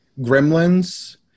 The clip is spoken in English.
Gremlins